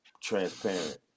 transparent